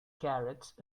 carrots